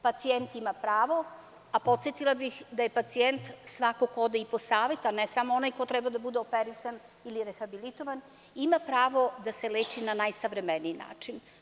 Pacijent ima pravo, a podsetila bih, da je pacijent svako ko ode i po savet, a ne samo onaj ko treba da bude operisan ili rehabilitovan, ima pravo da se leči na najsavremeniji način.